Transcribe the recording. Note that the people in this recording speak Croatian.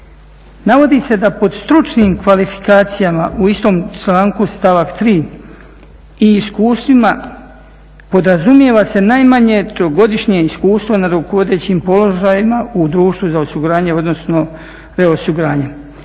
Navodi se da pod stručnim kvalifikacijama u istom članku stavak 3.i iskustvima podrazumijeva se najmanje trogodišnje iskustvo na rukovodećim položajima u društvu za osiguranje odnosno reosiguranje,